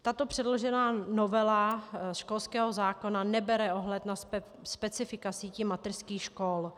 Tato předložená novela školského zákona nebere ohled na specifika sítí mateřských škol.